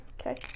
Okay